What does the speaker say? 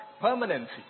permanency